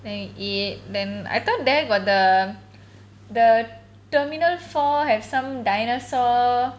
then we eat then I thought there got the the terminal four have some dinosaur